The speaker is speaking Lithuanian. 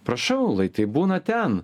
prašau lai tai būna ten